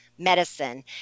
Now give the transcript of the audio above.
medicine